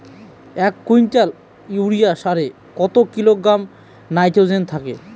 এক quintal urea সারে কত কিলোগ্রাম নাইট্রোজেন থাকে?